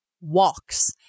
walks